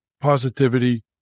positivity